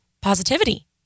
positivity